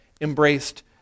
embraced